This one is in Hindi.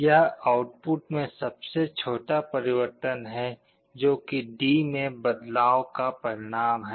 यह आउटपुट में सबसे छोटा परिवर्तन है जो कि D में बदलाव का परिणाम है